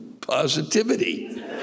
positivity